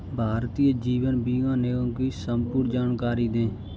भारतीय जीवन बीमा निगम की संपूर्ण जानकारी दें?